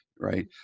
Right